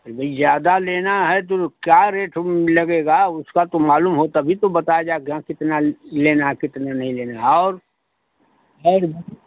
अरे भई ज़्यादा लेना है तो क्या रेट लगेगा उसका तो मालूम हो तभी तो बताया जा हाँ कितना लेना है कितना नहीं लेना है और